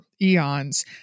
eons